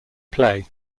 play